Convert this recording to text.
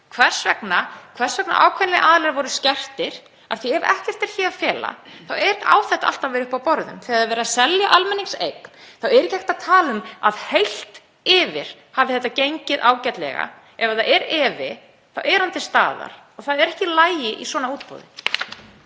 hvers vegna ákveðnir aðilar voru skertir, af því ef ekkert er hér að fela þá á þetta allt að vera uppi á borðum. Þegar verið er að selja almenningseign þá er ekki hægt að tala um að heilt yfir hafi þetta gengið ágætlega. Ef það er efi þá er hann til staðar og það er ekki í lagi í svona útboði.